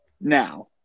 Now